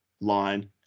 line